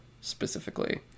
specifically